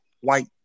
white